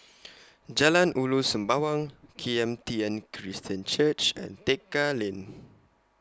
Jalan Ulu Sembawang Kim Tian Christian Church and Tekka Lane